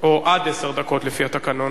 או עד עשר לפי התקנון.